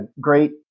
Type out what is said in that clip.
great